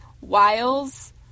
wiles